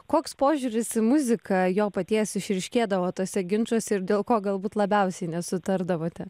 koks požiūris į muziką jo paties išryškėdavo tuose ginčuose ir dėl ko galbūt labiausiai nesutardavote